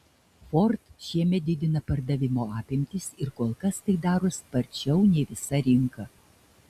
ford šiemet didina pardavimo apimtis ir kol kas tai daro sparčiau nei visa rinka